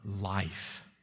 life